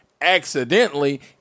accidentally